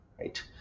right